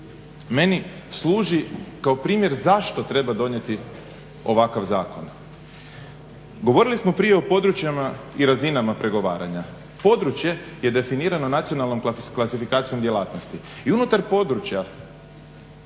meni služi kao primjer zašto treba donijeti ovakav zakon. Govorili smo prije o područjima i razinama pregovaranja. Područje je definirano nacionalnom klasifikacijom djelatnosti i unutar područja,